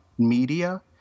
media